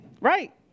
right